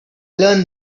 learned